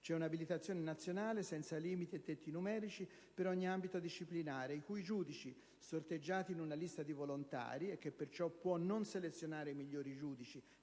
C'è un'abilitazione nazionale, senza limiti e tetti numerici, per ogni ambito disciplinare, i cui giudici - sorteggiati in una lista di "volontari" e che perciò può non selezionare i migliori giudici